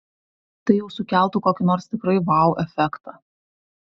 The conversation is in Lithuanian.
tai jau sukeltų kokį nors tikrai vau efektą